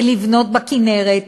ולבנות בכינרת,